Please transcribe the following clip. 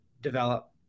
develop